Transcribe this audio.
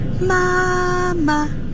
mama